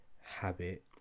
habit